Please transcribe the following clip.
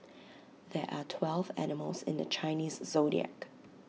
there are twelve animals in the Chinese Zodiac